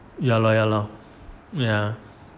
ya lor ya lor ya